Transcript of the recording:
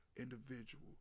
individual